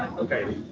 okay.